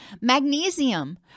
Magnesium